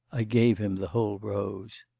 ah gave him the whole rose.